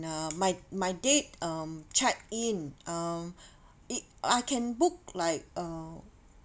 uh my my date um check in um it I can book like uh